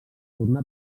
tornà